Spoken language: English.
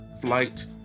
flight